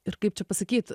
ir kaip čia pasakyt